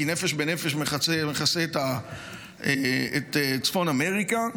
כי "נפש בנפש" מכסה את צפון אמריקה,